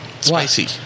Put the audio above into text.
spicy